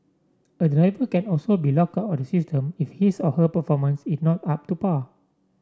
a driver can also be lock out system if his or her performance is not up to par